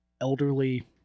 elderly